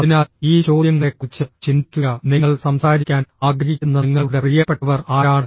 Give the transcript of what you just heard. അതിനാൽ ഈ ചോദ്യങ്ങളെക്കുറിച്ച് ചിന്തിക്കുക നിങ്ങൾ സംസാരിക്കാൻ ആഗ്രഹിക്കുന്ന നിങ്ങളുടെ പ്രിയപ്പെട്ടവർ ആരാണ്